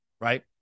right